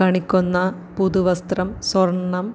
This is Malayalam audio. കണിക്കൊന്ന പുതുവസ്ത്രം സ്വർണ്ണം